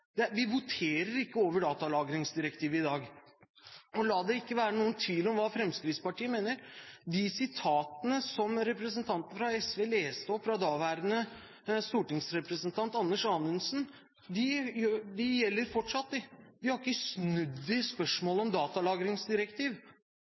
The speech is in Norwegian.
i dag, vi skal ikke votere over datalagringsdirektivet i dag. La det ikke være noen tvil om hva Fremskrittspartiet mener. De sitatene fra daværende stortingsrepresentant Anders Anundsen som representanten fra SV leste opp, gjelder fortsatt. Vi har ikke snudd i spørsmålet